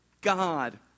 God